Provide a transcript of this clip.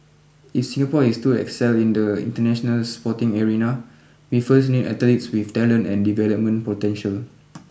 if Singapore is to excel in the international sporting arena we first need athletes with talent and development potential